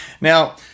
Now